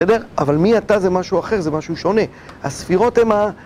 אבל מי אתה זה משהו אחר, זה משהו שונה, הספירות הם ה...